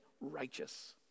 righteous